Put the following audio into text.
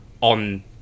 on